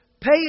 pay